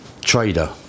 trader